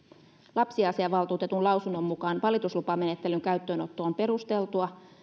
lapsiasiavaltuutetun lausunnon mukaan valituslupamenettelyn käyttöönotto on perusteltua